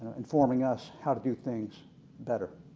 informing us how to do things better.